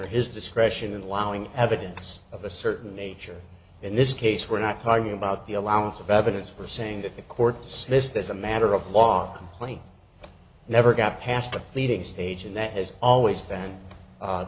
or his discretion in wowing evidence of a certain nature in this case we're not talking about the allowance of evidence we're saying that the court system as a matter of law complaint never got past the pleading stage and that has always been